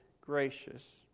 gracious